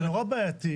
זה נורא בעייתי,